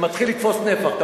וזה מתחיל לתפוס נפח.